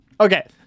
Okay